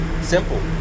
Simple